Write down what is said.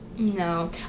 No